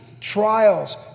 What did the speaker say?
trials